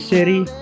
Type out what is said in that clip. City